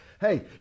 hey